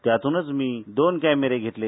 त्यातूनच मी दोन क्यामिरे घेतले